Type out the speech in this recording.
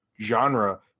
genre